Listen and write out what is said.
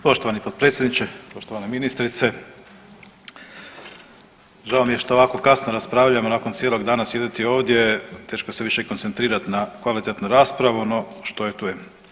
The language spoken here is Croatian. Poštovani potpredsjedniče, poštovane ministrice, žao mi je što ovako kasno raspravljamo nakon cijelog dana sjediti ovdje teško se više i koncentrirati na kvalitetnu raspravu, no što je tu je.